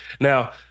Now